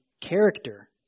character